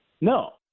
No